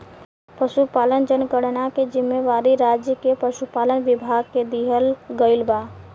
पसुपालन जनगणना के जिम्मेवारी राज्य के पसुपालन विभाग के दिहल गइल बा